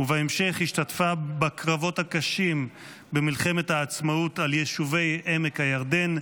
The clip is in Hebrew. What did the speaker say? ובהמשך השתתפה בקרבות הקשים במלחמת העצמאות על יישובי עמק הירדן,